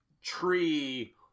tree